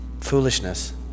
foolishness